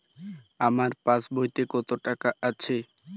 আমার পাসবইতে কত টাকা আছে?